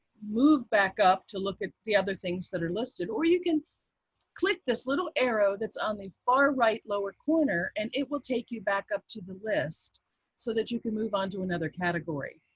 move back up to look at the other things that are listed or you can click this little arrow that's on the far right lower corner, and it will take you back up to the list so that you can move on to another category.